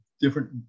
different